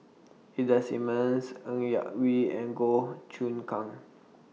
Ida Simmons Ng Yak Whee and Goh Choon Kang